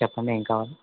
చెప్పండి ఏం కావాలి